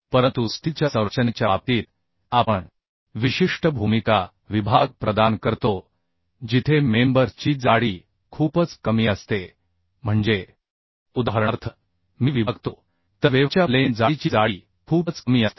परंतु स्टीलच्या संरचनेच्या बाबतीत आपण विशिष्ट भूमिका विभाग प्रदान करतो जिथे मेंबर ची जाडी खूपच कमी असते म्हणजे उदाहरणार्थ मी विभागतो तर वेव्हच्या प्लेन जाडीची जाडी खूपच कमी असते